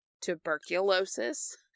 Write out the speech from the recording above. tuberculosis